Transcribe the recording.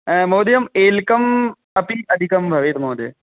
महोदय एलका अपि अधिका भवेत् महोदय